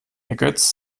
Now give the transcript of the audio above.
ergötzt